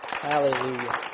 Hallelujah